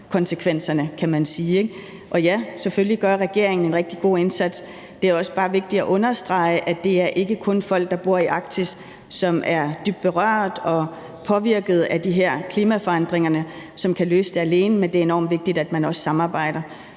klimakonsekvenserne, kan man sige. Ja, selvfølgelig gør regeringen en rigtig god indsats. Det er også bare vigtigt at understrege, at det ikke kun er folk, der bor i Arktis og er dybt berørt og påvirket af de her klimaforandringer, som kan løse det alene, men det er enormt vigtigt, at man også samarbejder.